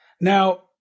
Now